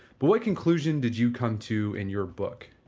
but what conclusion did you come to in your book?